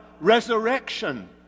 resurrection